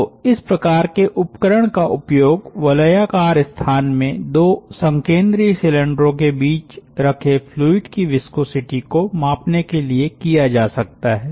तो इस प्रकार के उपकरण का उपयोग वलयाकार स्थान में 2 संकेंद्रीय सिलेंडरों के बीच रखे फ्लूइड की विस्कोसिटी को मापने के लिए किया जा सकता है